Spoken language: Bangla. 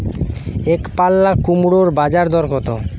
একপাল্লা কুমড়োর বাজার দর কত?